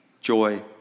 joy